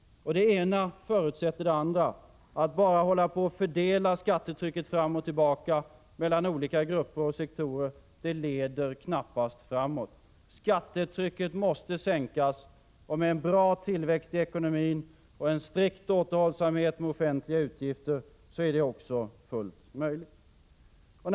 Och det ena förutsätter det andra. Att bara hålla på att fördela skattetrycket fram och tillbaka mellan olika grupper och sektorer leder knappast framåt. Skattetrycket måste sänkas, och med en bra tillväxt i ekonomin och en strikt återhållsamhet med offentliga utgifter är det fullt möjligt.